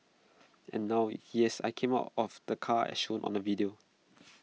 and now yes I came out of the car as shown on the video